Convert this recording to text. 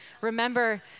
Remember